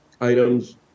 items